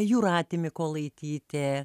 jūratė mykolaitytė